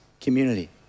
community